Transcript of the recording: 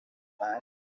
maig